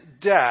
death